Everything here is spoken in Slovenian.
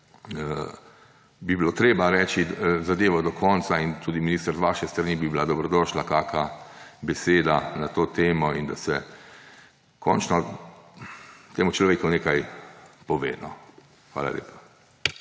bi bilo treba reči zadevo do konca. In tudi, minister, z vaše strani bi bila dobrodošla kakšna beseda na to temo in da se končno temu človeku nekaj pove. Hvala lepa.